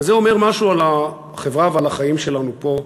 וזה אומר משהו על החברה ועל החיים שלנו פה.